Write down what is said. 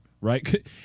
right